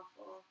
awful